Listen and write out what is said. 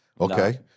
Okay